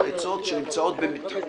בדיוק.